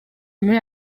muri